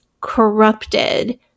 corrupted